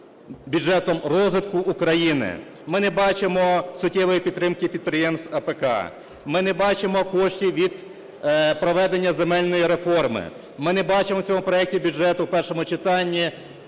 бюджетом розвитку України. Ми не бачимо суттєвої підтримки підприємств АПК, ми не бачимо коштів від проведення земельної реформи. Ми не бачимо в цьому проекті бюджету, в першому читанні,